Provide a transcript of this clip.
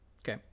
Okay